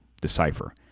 decipher